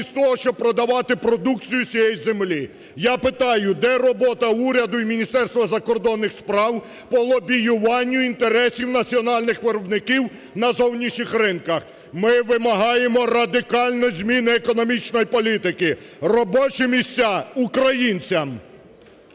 того, щоб продавати продукцію з цієї землі. Я питаю: де робота уряду і Міністерства закордонних справ по лобіюванню інтересів національних виробників на зовнішніх ринках? Ми вимагаємо радикальної зміни економічної політики. Робочі місця – українцям!